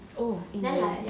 oh 一年